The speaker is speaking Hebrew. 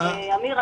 אמיר,